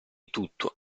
tutto